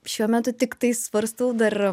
šiuo metu tiktai svarstau dar